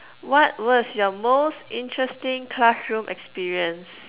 what was your most interesting classroom experience